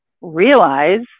realize